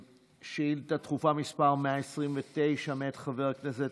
שאילתה דחופה מס' 129 מאת חבר הכנסת